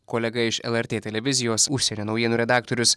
kolega iš lrt televizijos užsienio naujienų redaktorius